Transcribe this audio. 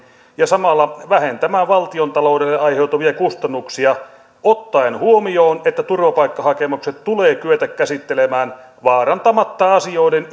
ja samalla vähentää valtiontaloudelle aiheutuvia kustannuksia ottaen huomioon että turvapaikkahakemukset tulee kyetä käsittelemään vaarantamatta asioiden